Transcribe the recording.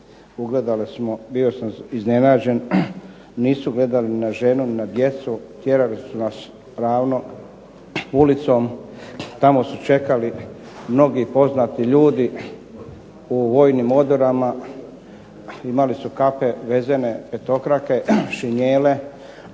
ugledali smo, bio sam iznenađen, nisu gledali na ženu ni na djecu, tjerali su nas ravno ulicom, tamo su čekali mnogi poznati ljudi u vojnim odorama, imali su kape vezene petokrake, šinjele,